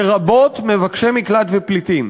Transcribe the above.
לרבות מבקשי מקלט ופליטים.